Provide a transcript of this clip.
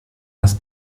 das